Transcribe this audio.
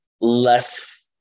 less